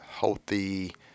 healthy